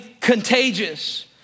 contagious